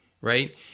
right